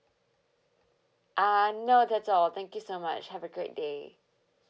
uh no that's all thank you so much have a great day